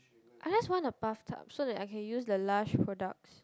I just want a bathtub so that I can use the Lush products